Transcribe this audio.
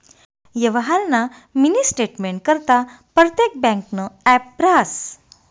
यवहारना मिनी स्टेटमेंटकरता परतेक ब्यांकनं ॲप रहास